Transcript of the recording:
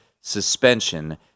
suspension